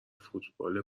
فوتبال